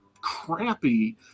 crappy